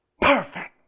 perfect